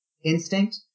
instinct